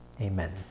Amen